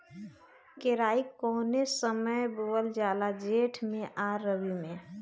केराई कौने समय बोअल जाला जेठ मैं आ रबी में?